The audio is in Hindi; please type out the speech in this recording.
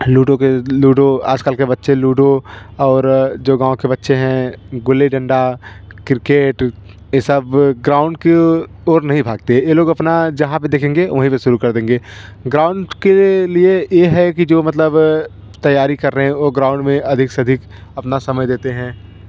लूडो कि लूडो आज कल के बच्चे लूडो और जो गाँव के बच्चे हैं गुल्ली डंडा किर्केट ये सब ग्राउंड की ओर नहीं भागते हैं लोग अपना जहाँ पर देखेंगे वहीं पर शुरू कर देंगे गराउंड के लिए ये है कि जो मतलब तैयारी कर रहें वो गराउंड में अधिक से अधिक अपना समय देते हैं